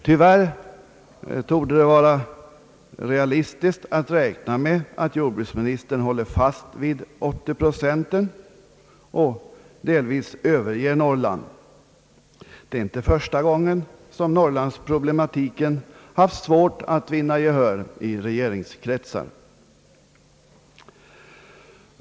Tyvärr torde det vara realistiskt att räkna med att jordbruksministern håller fast vid de 80 procenten och delvis överger Norrland. Det är ju inte första gången som norrlandsproblem har haft svårt att vinna gehör i regeringskretsar.